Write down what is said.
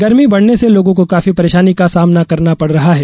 गर्मी बढ़ने सेलोगों को काफी परेशानी का सामना करना पड़ रहा है